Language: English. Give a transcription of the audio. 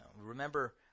Remember